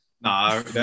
No